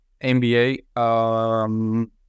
NBA